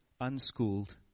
unschooled